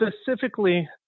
specifically